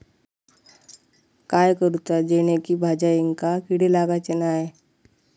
काय करूचा जेणेकी भाजायेंका किडे लागाचे नाय?